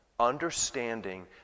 Understanding